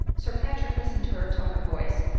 sir patrick listened to her tone of voice,